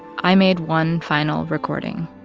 i made one final recording.